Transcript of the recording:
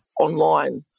online